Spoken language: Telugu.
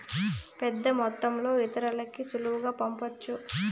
పెద్దమొత్తంలో ఇతరులకి సులువుగా పంపొచ్చు